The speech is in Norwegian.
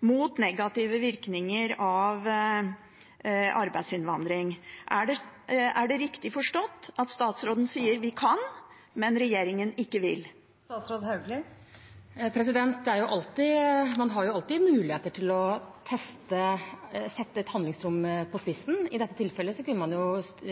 mot negative virkninger av arbeidsinnvandring. Er det riktig forstått at statsråden sier vi kan, men at regjeringen ikke vil? Man har alltid muligheter til å teste og sette et handlingsrom på spissen. I dette tilfellet kunne man